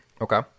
Okay